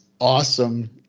awesome